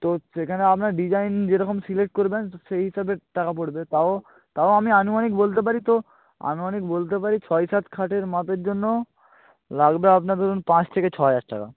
তো সেখানে আপনার ডিজাইন যেরকম সিলেক্ট করবেন তো সেই হিসাবে টাকা পড়বে তাও তাও আমি আনুমানিক বলতে পারি তো আনুমানিক বলতে পারি ছয় সাত খাটের মাপের জন্য লাগবে আপনার ধরুন পাঁচ থেকে ছ হাজার টাকা